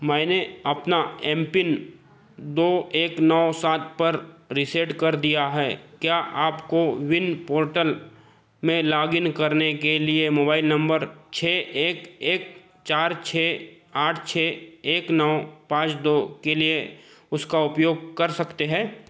मैंने अपना एमपिन दो एक नौ सात पर रीसेट कर दिया है क्या आप कोविन पोर्टल में लॉग इन करने के लिए मोबाइल नम्बर छः एक एक चार छः आठ छः एक नौ पाँच दो के लिए उसका उपयोग कर सकते हैं